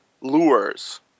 lures